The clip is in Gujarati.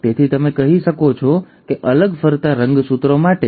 તેથી તમે કહી શકો છો કે અલગ ફરતા રંગસૂત્રો માટે એ